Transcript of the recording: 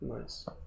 Nice